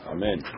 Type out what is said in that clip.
Amen